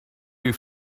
you